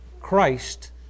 Christ